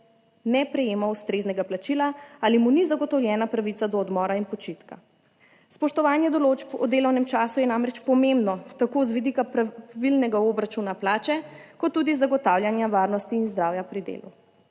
ne prejema ustreznega plačila ali mu ni zagotovljena pravica do odmora in počitka. Spoštovanje določb o delovnem času je namreč pomembno tako z vidika pravilnega obračuna plače, kot tudi zagotavljanja varnosti in zdravja pri delu.